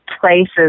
places